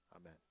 Amen